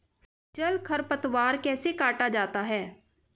जल खरपतवार कैसे काटा जाता है?